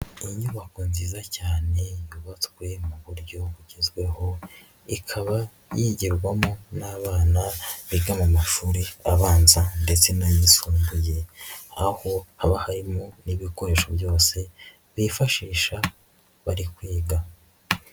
Inyubako nziza cyane yubatswe mu buryo bugezweho ikaba yigirwamo n'abana biga mu mashuri abanza ndetse n'ayisumbuye, aho haba harimo n'ibikoresho byose bifashisha bari kwiga.